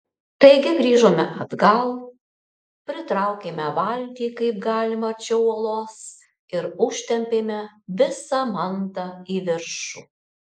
taigi grįžome atgal pritraukėme valtį kaip galima arčiau uolos ir užtempėme visą mantą į viršų